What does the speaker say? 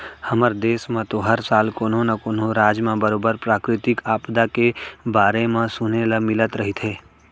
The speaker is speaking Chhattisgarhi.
हमर देस म तो हर साल कोनो न कोनो राज म बरोबर प्राकृतिक आपदा के बारे म म सुने ल मिलत रहिथे